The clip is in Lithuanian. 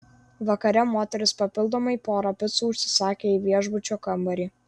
vakare moteris papildomai porą picų užsisakė į viešbučio kambarį